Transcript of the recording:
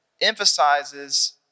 emphasizes